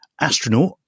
astronaut